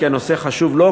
כי הנושא חשוב לו,